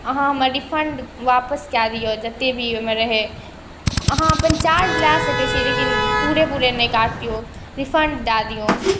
अहाँ हमरा रिफण्ड वापस कऽ दिअ जतेक भी ओहिमे रहै अहाँ अपन चार्ज लऽ सकै छी लेकिन पूरे पूरे नहि काटिऔ रिफण्ड दऽ दिऔ